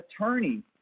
attorney